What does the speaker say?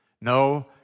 No